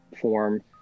form